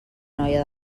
noia